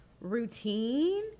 routine